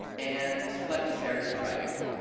and let these narratives drive you.